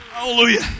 Hallelujah